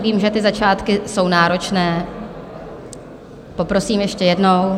Vím, že ty začátky jsou náročné, poprosím ještě jednou.